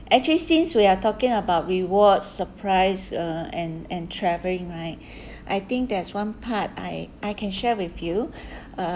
actually since we are talking about rewards surprise uh and and travelling right I think there's one part I I can share with you uh